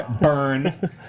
burn